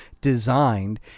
designed